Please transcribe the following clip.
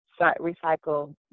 recycle